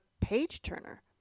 page-turner